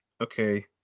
Okay